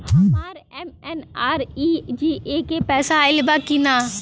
हमार एम.एन.आर.ई.जी.ए के पैसा आइल बा कि ना?